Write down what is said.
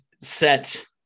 set